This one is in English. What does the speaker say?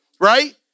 right